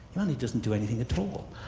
humanity doesn't do anything at all.